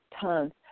tons